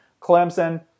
Clemson